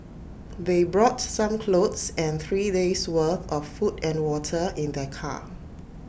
they brought some clothes and three days worth of food and water in their car